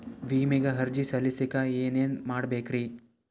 ವಿಮೆಗೆ ಅರ್ಜಿ ಸಲ್ಲಿಸಕ ಏನೇನ್ ಮಾಡ್ಬೇಕ್ರಿ?